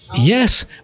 yes